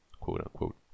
quote-unquote